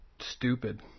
stupid